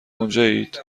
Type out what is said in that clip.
اونجایید